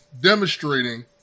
demonstrating